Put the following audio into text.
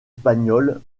espagnole